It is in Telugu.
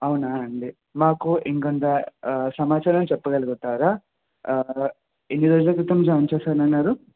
అవునా అండి మాకు ఇంకొంత సమాచారాలు చెప్పగలుగుతారా ఎన్ని రోజుల క్రితం జాయిన్ చేశాను అన్నారు